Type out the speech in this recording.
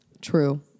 True